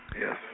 Yes